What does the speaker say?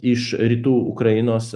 iš rytų ukrainos